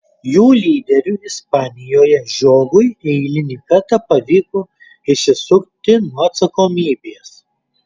jų lyderiui ispanijoje žiogui eilinį kartą pavyko išsisukti nuo atsakomybės